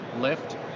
lift